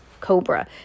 cobra